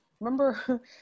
remember